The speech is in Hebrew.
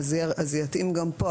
זה יתאים גם כאן.